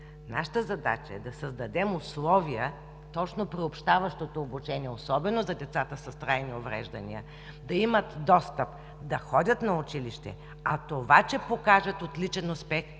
Нашата задача е да създадем условия точно приобщаващото обучение, особено децата с трайни увреждания да имат достъп, да ходят на училище, а ако покажат отличен успех,